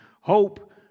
Hope